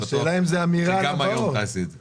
אני בטוח שגם היום תעשי את זה.